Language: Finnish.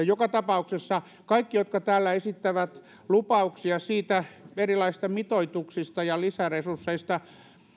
joka tapauksessa kaikkien jotka täällä esittävät lupauksia erilaisista mitoituksista ja lisäresursseista